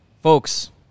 Folks